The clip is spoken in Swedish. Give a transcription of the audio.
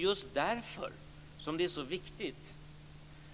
Just därför är det så viktigt